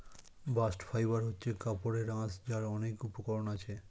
bast fibre হচ্ছে কাপড়ের আঁশ যার অনেক উপকরণ আছে